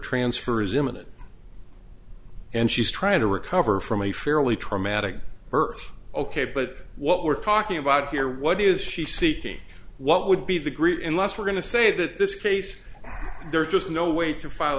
transfer is imminent and she's trying to recover from a fairly traumatic birth ok but what we're talking about here what is she seeking what would be the group in last we're going to say that this case there's just no way to file